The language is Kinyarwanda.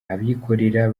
abikorera